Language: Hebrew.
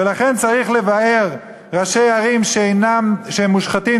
ולכן צריך לבער ראשי ערים שהם מושחתים.